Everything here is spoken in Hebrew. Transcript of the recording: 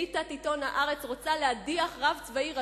אליטת עיתון "הארץ" רוצה להדיח רב צבאי ראשי,